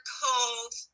cold